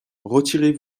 retirez